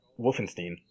Wolfenstein